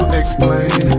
explain